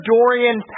Dorian